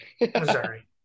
Missouri